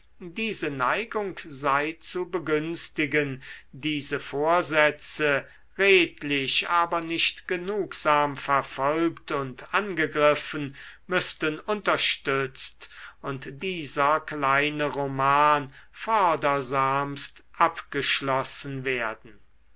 diese neigung sei zu begünstigen diese vorsätze redlich aber nicht genugsam verfolgt und angegriffen müßten unterstützt und dieser kleine roman fördersamst abgeschlossen werden